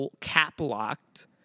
cap-locked